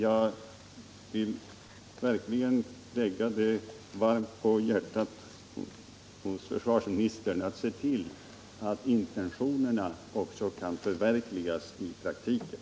Jag vill verkligen lägga försvarsministern detta varmt om hjärtat: Se till att intentionerna också kan förverkligas i praktiken!